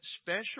special